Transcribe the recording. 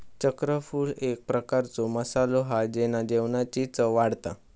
चक्रफूल एक प्रकारचो मसालो हा जेना जेवणाची चव वाढता